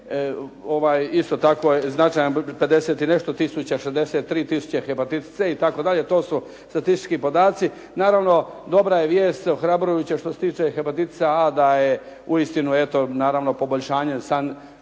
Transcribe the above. isto tako je značajan broj 50 i nešto tisuća, 63 tisuće hepatitis C itd., to su statistički podaci. Naravno, dobra je vijest i ohrabrujuća što se tiče hepatitisa A da je uistinu eto naravno poboljšanje sanitarno